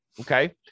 Okay